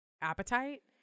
appetite